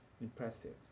impressive